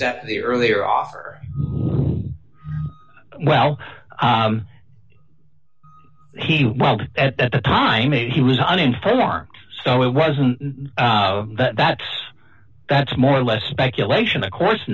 that the earlier offer well he wild at the time a he was uninformed so it wasn't that that's that's more or less speculation of course